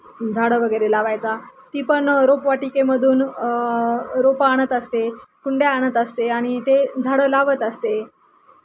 झाडं वगैरे लावायचा ती पण रोपवाटिकेमधून रोपं आणत असते कुंड्या आणत असते आणि ते झाडं लावत असते